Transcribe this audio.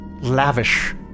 lavish